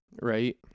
right